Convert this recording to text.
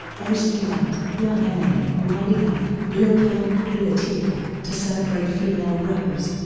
mc lyte, young m a, monie love, lil' kim and queen latifah, to celebrate female rappers